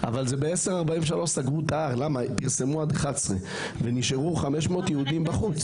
ב-10:43 סגרו את ההר כאשר פרסמו עד 11:00. נשארו 500 יהודים בחוץ.